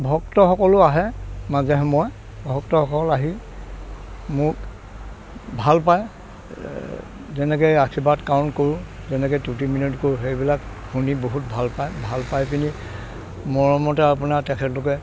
ভক্তসকলো আহে মাজে সময়ে ভক্তসকল আহি মোক ভাল পায় যেনেকৈ আশীৰ্বাদ কৰোঁ যেনেকৈ তুতি মিনতি কৰোঁ সেইবিলাক শুনি বহুত ভাল পায় ভালপাই পিনি মৰমতে আপোনাৰ তেখেতলোকে